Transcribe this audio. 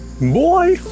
boy